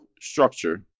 structure